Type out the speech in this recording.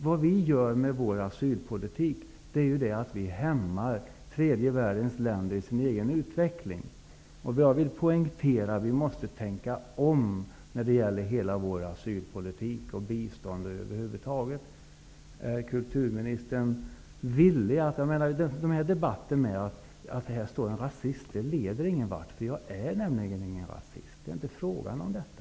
Vad vi gör med vår asylpolitik är att hämma tredje världens länder i deras egen utveckling. Jag vill poängtera att vi måste tänka om när det gäller hela asylpolitiken, biståndet och över huvud taget. Kulturministern inledde den här debatten med att säga att där står en rasist. Detta leder ingen vart, därför att jag är nämligen ingen rasist. Det är inte fråga om detta.